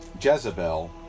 Jezebel